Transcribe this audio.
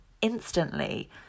instantly